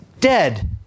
dead